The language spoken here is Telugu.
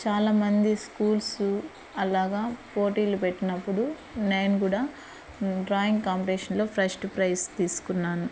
చాలా మంది స్కూల్సు అలాగా పోటీలు పెట్టినప్పుడు నేను కూడా డ్రాయింగ్ కాంపిటీషన్లో ఫస్ట్ ప్రైస్ తీసుకున్నాను